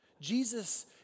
Jesus